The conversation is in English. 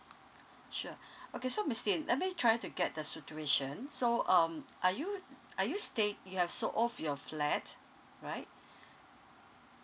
sure okay so miss siti let me try to get the situation so um are you are you staying you have sold off your flat right